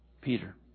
Peter